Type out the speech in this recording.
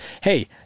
hey